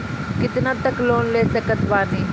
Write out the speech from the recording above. कितना तक लोन ले सकत बानी?